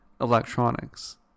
electronics